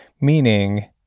meaning